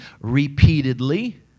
repeatedly